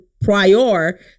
prior